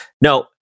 no